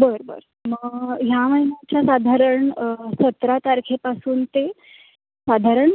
बरं बरं मग ह्या महिन्याच्या साधारण सतरा तारखेपासून ते साधारण